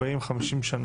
40 או 50 שנה,